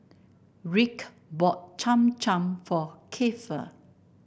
Rick bought Cham Cham for Keifer